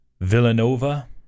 Villanova